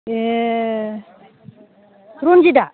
ए Ranjita